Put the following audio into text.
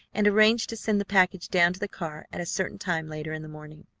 and arranged to send the package down to the car at a certain time later in the morning.